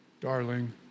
Darling